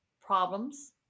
problems